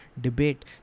debate